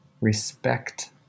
respect